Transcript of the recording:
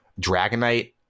Dragonite